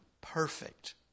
perfect